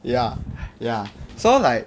ya ya so like